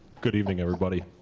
good evening, everybody.